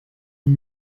who